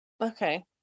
okay